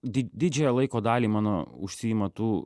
di didžiąją laiko dalį mano užsiima tų